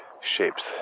shapes